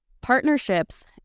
partnerships